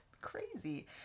Crazy